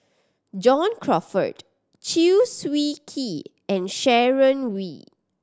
John Crawfurd Chew Swee Kee and Sharon Wee